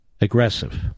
aggressive